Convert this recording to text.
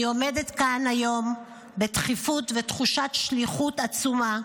אני עומדת כאן היום בדחיפות ותחושת שליחות עצומה,